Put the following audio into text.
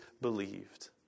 believed